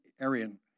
Aryan